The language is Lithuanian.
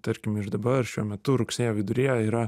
tarkim ir dabar šiuo metu rugsėjo viduryje yra